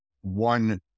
one